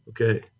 Okay